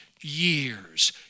years